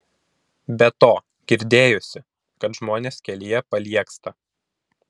be to girdėjusi kad žmonės kelyje paliegsta